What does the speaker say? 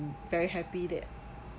very happy that